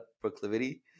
proclivity